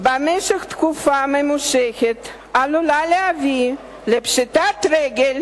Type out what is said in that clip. במשך תקופה ממושכת עלולה להביא לפשיטת רגל